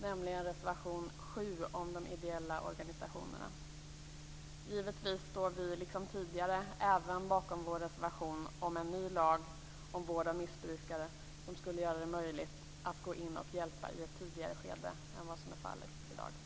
nämligen reservation 7 om de ideella organisationerna. Givetvis står vi liksom tidigare även bakom vår reservation om en ny lag om vård av missbrukare som skulle göra det möjligt att gå in och hjälpa i ett tidigare skede än vad som är fallet i dag.